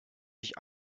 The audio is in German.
sich